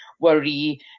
worry